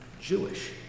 Jewish